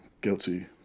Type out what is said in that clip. guilty